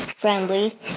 Friendly